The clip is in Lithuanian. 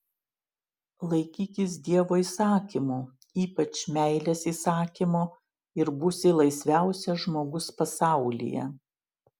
laikykis dievo įsakymų ypač meilės įsakymo ir būsi laisviausias žmogus pasaulyje